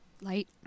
Light